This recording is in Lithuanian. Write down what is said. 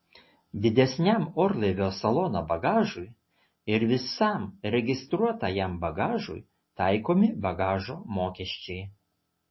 didesniam orlaivio salono bagažui ir visam registruotajam bagažui taikomi bagažo mokesčiai